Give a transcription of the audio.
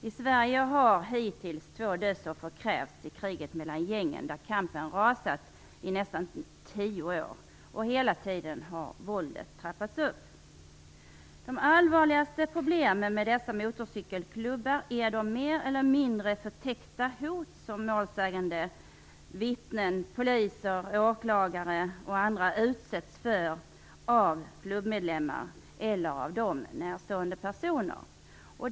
I Sverige har hittills två dödsoffer krävts i kriget mellan gängen, där kampen rasat i nästan tio år och våldet hela tiden har trappats upp. De allvarligaste problemen med dessa motorcykelklubbar är de mer eller mindre förtäckta hot som målsägande, vittnen, poliser, åklagare och andra utsätts för av klubbmedlemmar eller till dem närstående personer.